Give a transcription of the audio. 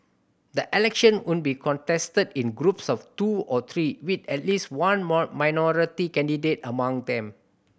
the election would be contested in groups of two or three with at least one minority candidate among them